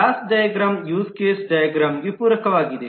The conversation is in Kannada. ಕ್ಲಾಸ್ ಡೈಗ್ರಾಮ್ ಯೂಸ್ ಕೇಸ್ ಡೈಗ್ರಾಮ್ಗೆ ಪೂರಕವಾಗಿದೆ